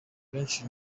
benshi